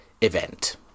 event